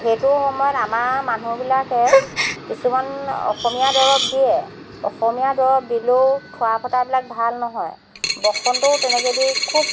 সেইটো সময়ত আমাৰ মানুহবিলাকে কিছুমান অসমীয়া দৰৱ দিয়ে অসমীয়া দৰৱ দিলেও ঠুৰা ফটাবিলাক ভাল নহয় বসন্তও তেনেকেদি খুব